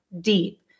deep